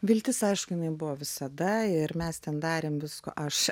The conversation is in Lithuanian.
viltis aišku jinai buvo visada ir mes ten darėm visko aš